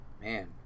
Man